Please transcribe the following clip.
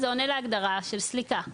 זה עונה להגדרה של סליקה.